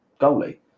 goalie